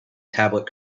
tablet